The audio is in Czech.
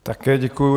Také děkuji.